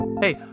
Hey